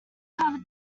cover